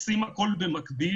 עושים הכול במקביל.